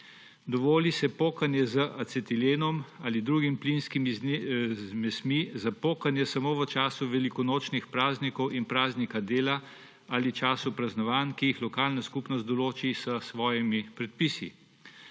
Dovoli se pokanje z acetilenom ali drugimi plinskimi zmesmi za pokanje, in sicer samo v času velikonočnih praznikov in praznika dela ali času praznovanj, ki jih lokalna skupnost določi s svojimi predpisi.